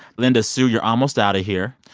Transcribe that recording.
linda, sue, you're almost out of here.